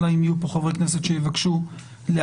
אלא אם יהיו פה חברי כנסת שיבקשו להערותיי,